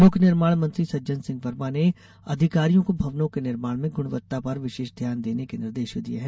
लोकनिर्माण मंत्री सज्जन सिंह वर्मा अधिकारियों को भवनों के निर्माण में गुणवत्ता पर विशेष ध्यान देने के निर्देश दिये हैं